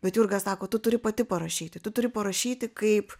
bet jurga sako tu turi pati parašyti tu turi parašyti kaip